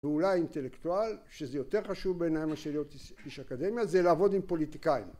ואולי אינטלקטואל שזה יותר חשוב בעיניי מה שלהיות איש אקדמיה זה לעבוד עם פוליטיקאים